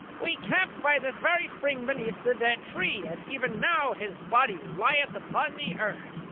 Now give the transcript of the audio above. we camped by this very spring beneath the dead tree and even now his body lieth upon the earth.